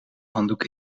handdoek